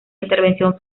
intervención